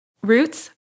roots